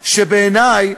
שבעיני,